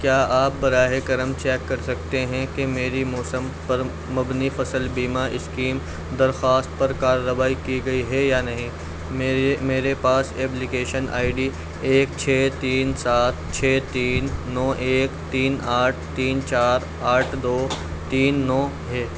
کیا آپ براہ کرم چیک کر سکتے ہیں کہ میری موسم پر مبنی فصل بیمہ اسکیم درخواست پر کارروائی کی گئی ہے یا نہیں میرے پاس ایبلیکیشن آئی ڈی ایک چھ تین سات چھ تین نو ایک تین آٹھ تین چار آٹھ دو تین نو ہے